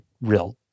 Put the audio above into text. real